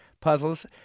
puzzles